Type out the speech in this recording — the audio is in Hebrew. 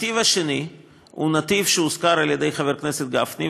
הנתיב השני הוזכר על-ידי חבר הכנסת גפני,